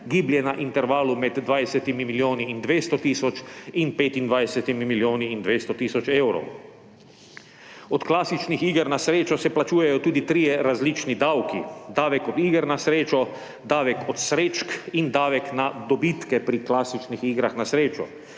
giblje na intervalu med 20 milijoni in 200 tisoč ter 25 milijoni in 200 tisoč evrov. Od klasičnih iger na srečo se plačujejo tudi trije različni davki – davek od iger na srečo, davek od srečk in davek na dobitke pri klasičnih igrah na srečo.